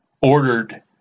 ordered